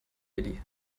willi